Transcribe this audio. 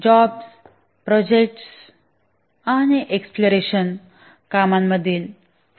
नोकरी प्रोजेक्ट आणि एक्सप्लोरेशन कामांमधील फरक पाहू